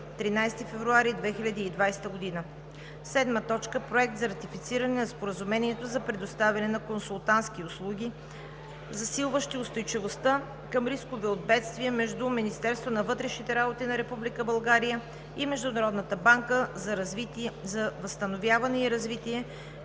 13 февруари 2020 г. 7. Проект за ратифициране на Споразумението за предоставяне на консултантски услуги, засилващи устойчивостта към рискове от бедствия между Министерството на вътрешните работи на Република България и Международната банка за възстановяване и развитие,